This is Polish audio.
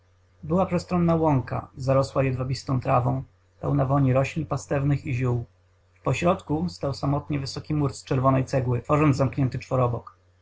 była przestronna łąka zarosła jedwabistą trawą pełna woni roślin pastewnych i ziół w pośrodku stał samotnie wysoki mur z czerwonej cegły tworząc zamknięty czworobok